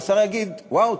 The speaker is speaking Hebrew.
והשר יגיד: וואו,